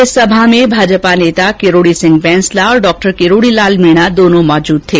इस सभा में भाजपा नेता किरोड़ी सिंह बैंसला तथा किरोड़ी लाल मीणा दोनों उपस्थित थे